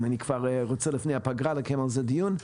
אני כבר רוצה לפני הפגרה לקיים על זה דיון.